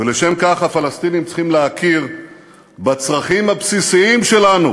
ולשם כך הפלסטינים צריכים להכיר בצרכים הבסיסיים שלנו: